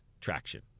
traction